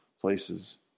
places